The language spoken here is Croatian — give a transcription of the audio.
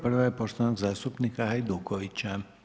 Prva je poštovanog zastupnika Hajdukovića.